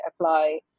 apply